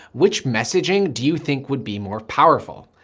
which messaging do you think would be more powerful?